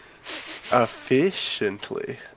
Efficiently